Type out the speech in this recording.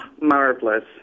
Marvelous